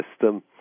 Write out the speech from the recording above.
system